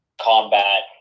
combat